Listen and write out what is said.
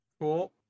Cool